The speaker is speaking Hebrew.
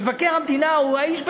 מבקר המדינה הוא האיש בשטח,